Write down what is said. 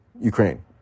Ukraine